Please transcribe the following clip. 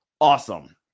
Awesome